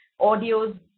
audios